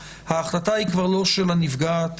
ההחלטה כבר לא של הנפגעת,